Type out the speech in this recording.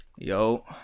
yo